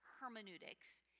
hermeneutics